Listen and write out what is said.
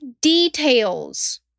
details